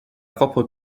propre